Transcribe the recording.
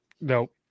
Nope